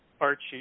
Archie